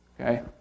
okay